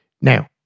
Now